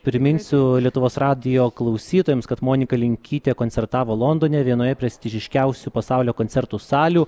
priminsiu lietuvos radijo klausytojams kad monika linkytė koncertavo londone vienoje prestižiškiausių pasaulio koncertų salių